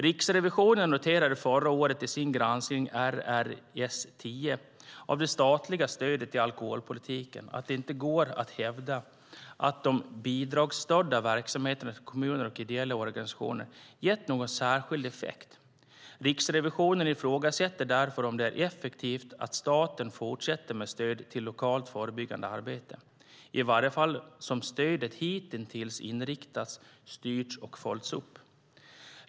Riksrevisionen noterade i sin granskning förra året av det statliga stödet i alkoholpolitiken att det inte går att hävda att den bidragsstödda verksamheten till kommuner och ideella organisationer gett någon särskild effekt. Riksrevisionen ifrågasätter därför om det är effektivt att staten fortsätter med sitt stöd till lokalt förebyggande arbete, i varje fall så som stödet hittills inriktats, styrts och följts upp.